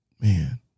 Man